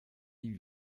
die